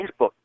Facebook